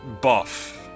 buff